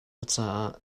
caah